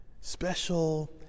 special